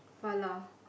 Falah